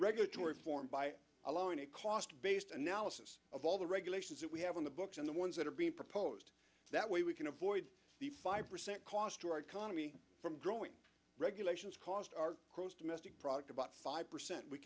reform by allowing a cost based analysis of all the regulations that we have on the books and the ones that are being proposed that way we can avoid the five percent cost to our economy from growing regulations cost our gross domestic product about five percent we